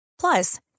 Plus